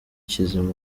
kizima